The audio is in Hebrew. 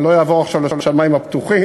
אני לא אעבור עכשיו ל"שמים פתוחים"